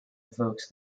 evokes